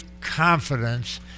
confidence